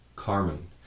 Carmen